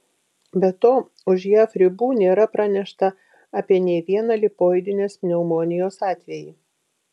be to už jav ribų nėra pranešta apie nė vieną lipoidinės pneumonijos atvejį